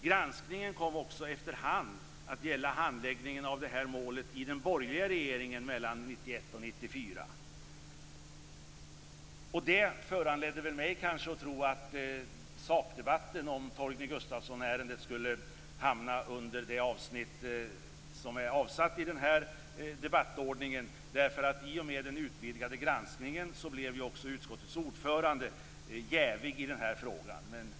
Granskningen kom också efterhand att gälla handläggningen av det här målet i den borgerliga regeringen mellan 1991 och 1994. Det föranledde mig att tro att sakdebatten om Torgny Gustafsson-ärendet kanske skulle hamna under det avsnitt som är avsatt i den här debattordningen. I och med den utvidgade granskningen blev också utskottets ordförande jävig i den här frågan.